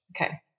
okay